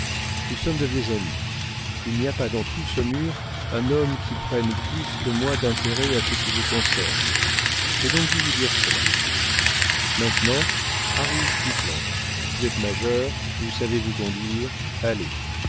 nous sommes de vieux amis il n'y a pas dans tout saumur un homme qui prenne plus que moi d'intérêt à ce qui vous concerne j'ai donc dû vous dire cela maintenant arrive qui plante vous êtes majeur vous savez vous conduire allez